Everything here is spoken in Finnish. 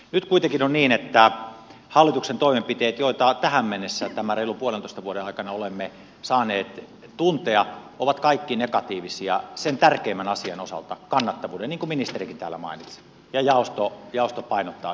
nyt kuitenkin on niin että hallituksen toimenpiteet joita tähän mennessä tämän reilun puolentoista vuoden aikana olemme saaneet tuntea ovat kaikki negatiivisia sen tärkeimmän asian osalta kannattavuuden osalta niin kuin ministerikin täällä mainitsi ja jaosto painottaa sitä asiaa